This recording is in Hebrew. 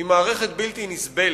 היא מערכת בלתי נסבלת,